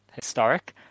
historic